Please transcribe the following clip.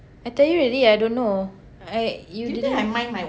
I tell you already I don't know I you didn't